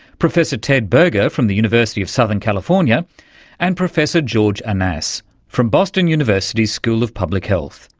professor ted berger from the university of southern california and professor george annas from boston university's school of public health.